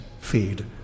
feed